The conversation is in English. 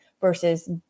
versus